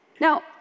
Now